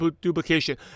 duplication